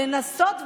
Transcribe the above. לנסות ולגנוב,